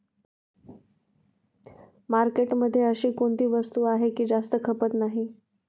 मार्केटमध्ये अशी कोणती वस्तू आहे की जास्त खपत नाही?